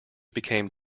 became